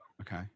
Okay